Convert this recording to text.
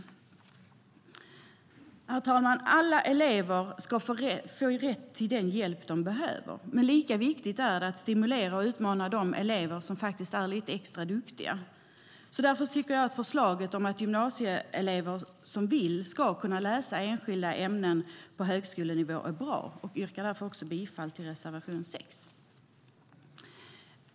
Herr talman! Alla elever ska få rätt till den hjälp de behöver, men lika viktigt är det att stimulera och utmana de elever som är extra duktiga. Jag tycker därför att förslaget om att de gymnasieelever som vill ska kunna läsa enskilda ämnen på högskolenivå är bra, och jag yrkar bifall även till reservation 6.